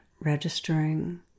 registering